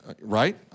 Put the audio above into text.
right